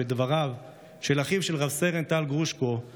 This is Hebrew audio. בדבריו של אחיו של רב-סרן טל גרושקה,